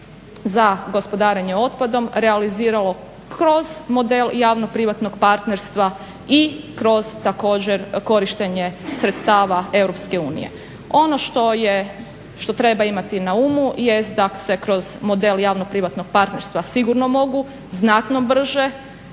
za gospodarenje otpadom realizirao kroz model javno-privatnog partnerstva i kroz također korištenje sredstava Europske unije. Ono što treba imati na umu jest da se kroz model javno-privatnog partnerstva sigurno mogu znatno brže